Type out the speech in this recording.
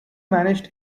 vanished